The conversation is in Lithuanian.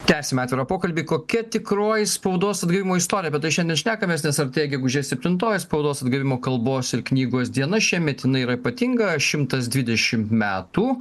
tęsiame atvirą pokalbį kokia tikroji spaudos atgavimo istorija apie tai šiandien šnekamės nes artėja gegužės septintoji spaudos atgavimo kalbos ir knygos diena šiemet jinai yra ypatinga šimtas dvidešimt metų